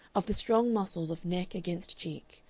of the strong muscles of neck against cheek,